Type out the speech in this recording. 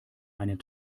einen